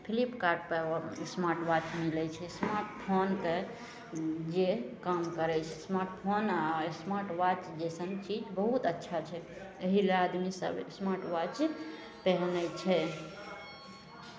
फ्लिपकार्टपर on smart watch मिलै छै smart फोनके जे काम करै छै स्मार्ट फोन आ स्मार्ट वाच जैसन चीज बहुत अच्छा छै एहि लेल आदमी सभ स्मार्ट वाच पेहनै छै